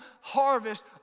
harvest